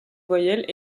voyelles